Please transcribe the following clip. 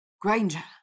Granger